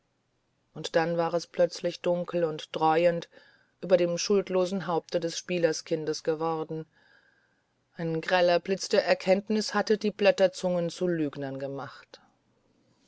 und dann war es plötzlich dunkel und dräuend über dem schuldlosen haupte des spielerskindes geworden ein greller blitz der erkenntnis hatte die blätterzungen zu lügnern gemacht